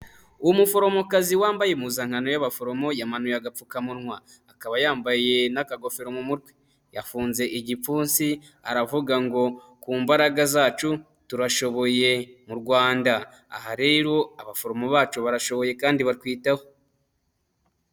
Umuforomokazi wambaye impuzankano y'abaforomo yamanuye agapfukamunwa akaba yambaye n'akagofero mu mutwe, yafunze igipfunsi aravuga ngo ku mbaraga zacu turashoboye mu Rwanda, aha rero abaforomo bacu barashoboye kandi batwitaho.